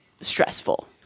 stressful